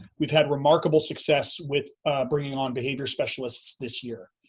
we've had remarkable success with bringing on behavior specialists this year.